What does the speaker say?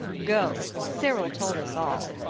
go cyril told us all